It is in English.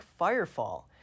firefall